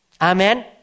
Amen